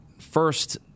first